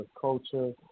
culture